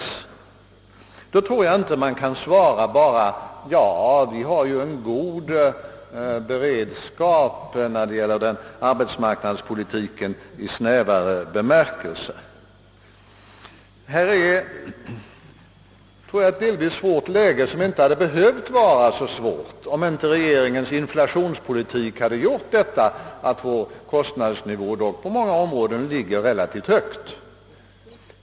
På den frågan tror jag inte man kan svara endast: Vi har ju en god beredskap när det gäller arbetsmarknadspolitiken i snävare bemärkelse. Vi befinner oss nu i ett svårt läge, som jag tror inte hade behövt vara så svårt om inte regeringens inflationspolitik hade förorsakat att vår kostnadsnivå på många områden ligger relativt högt.